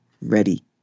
ready